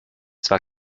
zwar